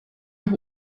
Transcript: auch